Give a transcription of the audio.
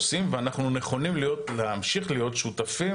עושים ואנחנו נכונים להמשיך להיות שותפים